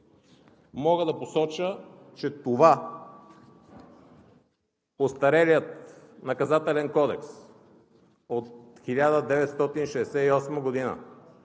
Мога да посоча, че остарелият Наказателен кодекс от 1968 г.,